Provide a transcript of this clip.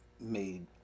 made